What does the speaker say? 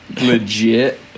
legit